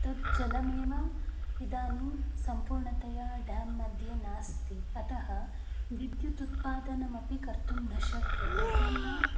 तत् जलमेव इदानीं सम्पूर्णतया ड्यां मध्ये नास्ति अतः विद्युत् उत्पादनमपि कर्तुं न शक्यते तेन